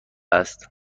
است